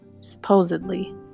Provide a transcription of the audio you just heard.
supposedly